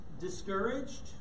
discouraged